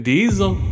Diesel